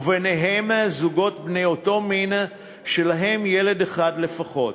ובהם זוגות בני אותו מין שלהם ילד אחד לפחות,